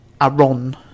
Aaron